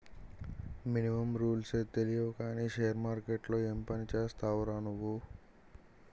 Minimum రూల్సే తెలియవు కానీ షేర్ మార్కెట్లో ఏం పనిచేస్తావురా నువ్వు?